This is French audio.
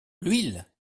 l’huile